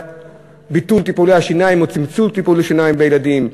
ביטול טיפולי השיניים או צמצום טיפולי שיניים בילדים,